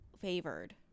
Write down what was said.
favored